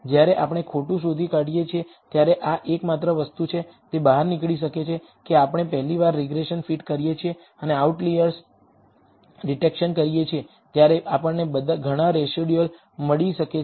જ્યારે આપણે ખોટું શોધી કાઢીએ છીએ ત્યારે આ એકમાત્ર વસ્તુ છે તે બહાર નીકળી શકે છે કે આપણે પહેલી વાર રીગ્રેસન ફિટ કરીએ છીએ અને આઉટલિઅર ડિટેક્શન કરીએ છીએ ત્યારે આપણને ઘણા રેસિડયુઅલ મળી શકે છે